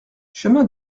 chemin